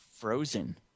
frozen